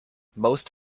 most